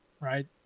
right